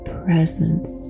presence